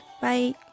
Bye